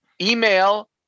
email